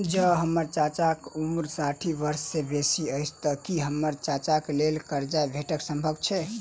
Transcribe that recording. जँ हम्मर चाचाक उम्र साठि बरख सँ बेसी अछि तऽ की हम्मर चाचाक लेल करजा भेटब संभव छै?